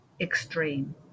extreme